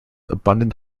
abundant